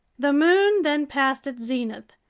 the moon then passed its zenith.